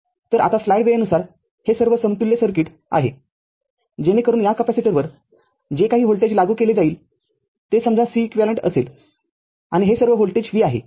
तर आता स्लाईड वेळेनुसार हे सर्व समतुल्य सर्किट आहे जेणेकरून या कॅपेसिटरवर जे काही व्होल्टेज लागू केले जाईल ते समजा Ceq असेलआणि हे सर्व व्होल्टेज v आहे